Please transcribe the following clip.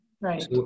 Right